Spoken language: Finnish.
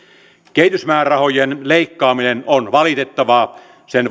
kehitysmäärärahojen leikkaaminen on valitettavaa sen